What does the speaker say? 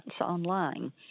online